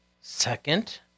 Second